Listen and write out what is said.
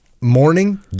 morning